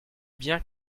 bien